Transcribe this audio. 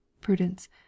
PRUDENCE